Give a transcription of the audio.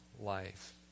life